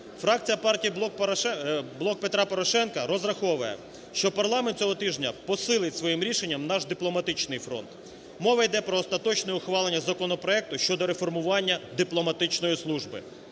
фракція Партії "Блоку Петра Порошенка" розраховує, що парламент цього тижня посилить своїм рішенням наш дипломатичний фронт. Мова іде про остаточне ухвалення законопроекту щодо реформування дипломатичної служби.